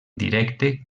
directe